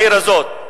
בעיר הזאת.